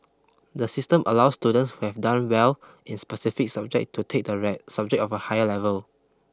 the system allows students who have done well in specific subject to take the right subject at a higher level